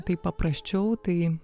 taip paprasčiau tai